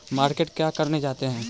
Market का करने जाते हैं?